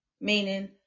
Meaning